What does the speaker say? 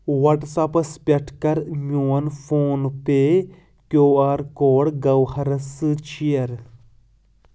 وٹٕس ایپَس پٮ۪ٹھ کَر میٛون فون پیٚے کیٛوٗ آر کوڈ گَوہرس سۭتۍ شِیر